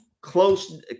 close